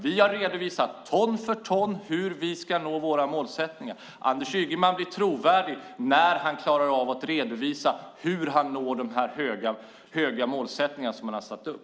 Vi har redovisat ton för ton hur vi ska nå våra målsättningar. Anders Ygeman blir trovärdig när han klarar av att redovisa hur han når de höga mål som han har satt upp.